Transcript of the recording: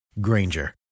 Granger